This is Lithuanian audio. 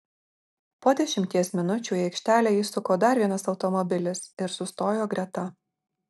po dešimties minučių į aikštelę įsuko dar vienas automobilis ir sustojo greta